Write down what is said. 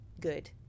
good